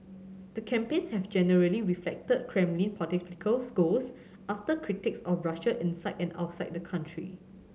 the campaigns have generally reflected Kremlin goals after critics of Russia inside and outside the country